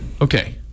Okay